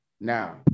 Now